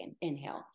inhale